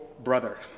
brother